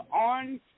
on